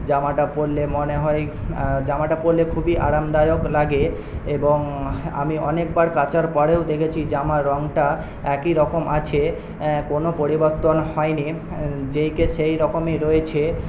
জামাটা পরলে মনে হয় জামাটা পরলে খুবই আরামদায়ক লাগে এবং আমি অনেকবার কাচার পরেও দেখেছি জামার রঙটা একই রকম আছে কোন পরিবর্তন হয়নি যে কে সেই রকমই রয়েছে